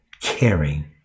caring